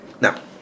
Now